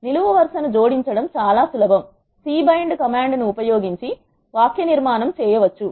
నిలువ వరుస ను జోడించడం చాలా సులభం c bind కమాండ్ ఉపయోగించి వాక్యనిర్మాణం చేయవచ్చు